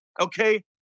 okay